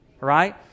right